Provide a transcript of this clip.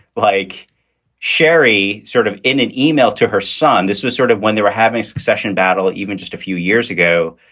like sherry sort of in an email to her son, this was sort of when they were having a succession battle even just a few years ago,